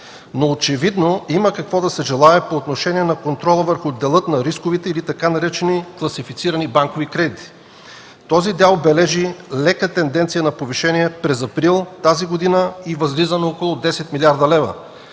Но очевидно има какво се желае по отношение на контрола върху дела на рисковите или така наречени класифицирани банкови кредити. Този дял бележи лека тенденция на повишение през април тази година и възлиза на около 10 млрд. лв.,